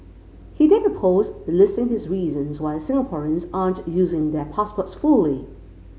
he did a post listing his reasons why Singaporeans aren't using their passports fully